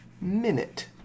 Minute